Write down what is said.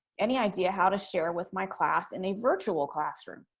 any idea how to share with my class in a virtual classroom?